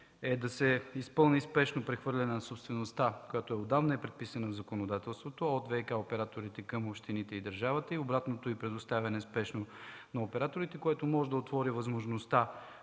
е да се изпълни спешно прехвърляне на собствеността, което отдавна е преписано в законодателството – от ВиК операторите към общините и държавата, и обратното й предоставяне спешно на операторите, което може да отвори възможността